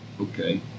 Okay